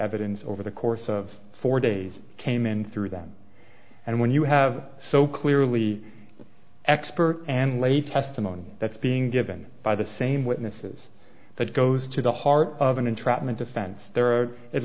evidence over the course of four days came in through them and when you have so clearly expert and lay testimony that's being given by the same witnesses that goes to the heart of an entrapment defense there are at